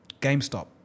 GameStop